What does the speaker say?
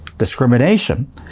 Discrimination